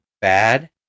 bad